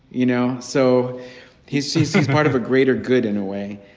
you know? so he sees he's part of a greater good in a way.